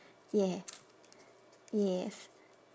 yes yes